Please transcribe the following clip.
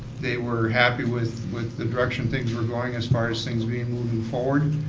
they were happy with with the direction things were going as far as things being moved forward.